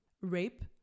Rape